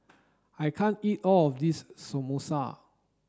I can't eat all of this Samosa